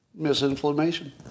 misinflammation